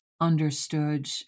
understood